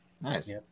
Nice